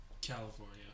California